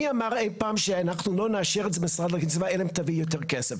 מי אמר אי פעם שאנחנו לא נאשר את זה אלא אם תביא יותר כסף?